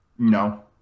No